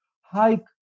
hike